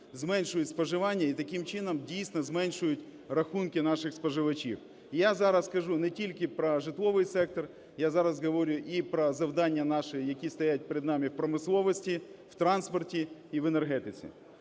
зменшують споживання, і таким чином дійсно зменшують рахунки наших споживачів. Я зараз кажу не тільки про житловий сектор. Я зараз говорю і про завдання наші, які стоять перед нами в промисловості, в транспорті і в енергетиці.